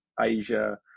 Asia